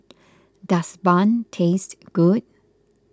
does Bun taste good